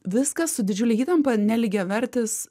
viskas su didžiule įtampa nelygiavertis